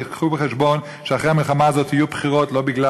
תביאו בחשבון שאחרי המלחמה הזאת יהיו בחירות לא בגלל